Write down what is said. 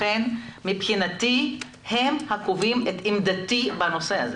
לכן מבחינתי הם אלה שקובעים את עמדתי בנושא הזה,